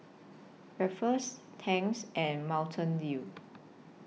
Ruffles Tangs and Mountain Dew